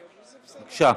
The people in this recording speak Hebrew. בבקשה.